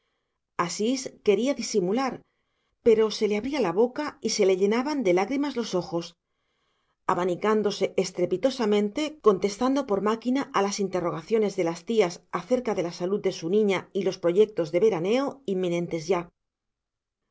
asís quería disimular pero se le abría la boca y se le llenaban de lágrimas los ojos abanicándose estrepitosamente contestando por máquina a las interrogaciones de las tías acerca de la salud de su niña y los proyectos de veraneo inminentes ya las